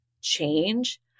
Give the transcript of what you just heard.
change